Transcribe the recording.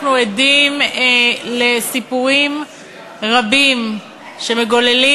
אנחנו עדים לסיפורים רבים שמגוללים